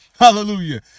hallelujah